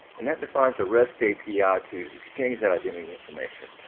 and that defines a rest api ah to exchange that identity information.